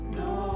no